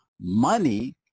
money